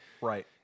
Right